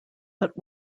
but